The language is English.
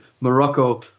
Morocco